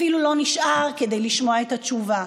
אפילו לא נשאר כדי לשמוע את התשובה,